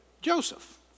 Joseph